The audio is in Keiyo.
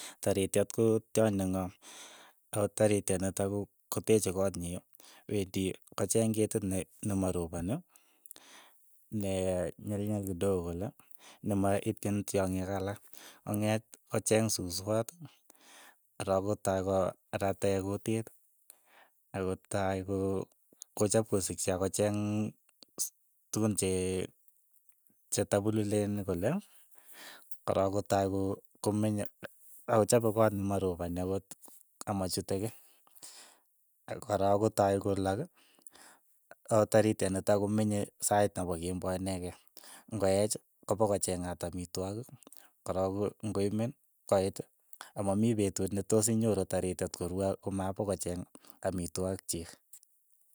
Tarityet ko tyony ne ng'oom, ako tarityet nitok ko teeche koot nyi, wendi kocheeng ketit ne- nemaropuni, ne ne nyelnyel kidogo kole, nemaityin tyongik alak, kong'eet ko cheeng suswot, korook kotai ko rate kutit, ako tai ko- kochap kosikchi akocheng su tukun che- chetapululeen kole, korok kotai ko- komenye, ako chape koot nema roponi akot amachute kei, ak arook kotai kolak, ako tarityet nitok komenye sait nepo kemboi inekee, ng'oeech, kopachengat amitwogik, korook koimen, koit, amamii petut netos inyoru tariyet korue komapokocheeng amitwogik chiik.